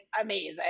amazing